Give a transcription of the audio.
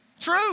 True